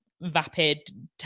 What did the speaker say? vapid